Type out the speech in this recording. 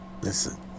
Listen